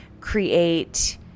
create